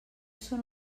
són